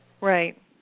Right